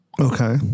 Okay